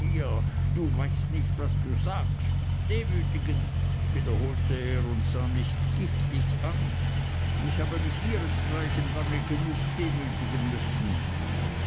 du weißt nicht was du sagst demütigen wiederholte er und sah mich giftig an ich habe mich ihresgleichen lange genug demütigen müssen